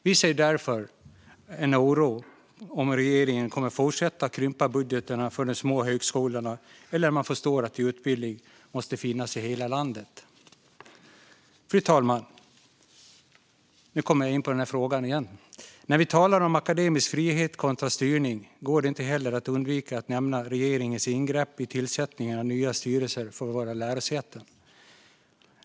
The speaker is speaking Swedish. Vi ser därför en oro om regeringen kommer att fortsätta att krympa budgeten för de små högskolorna eller om man förstår att utbildning måste finnas i hela landet. Fru talman! Nu kommer jag in på den fråga vi nyss diskuterade. När vi talar om akademisk frihet kontra styrning går det inte att undvika att nämna regeringens ingrepp i tillsättningen av nya styrelser för våra lärosäten.